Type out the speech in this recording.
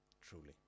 truly